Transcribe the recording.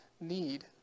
need